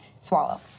swallow